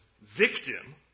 victim